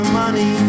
money